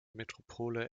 metropole